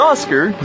Oscar